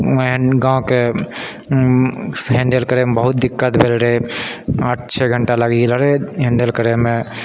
गाँवके हैंडल करए मे बहुत दिक्कत भेल रहए पाँच छओ घण्टा लागि रहलए हैंडल करए मे